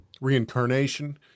Reincarnation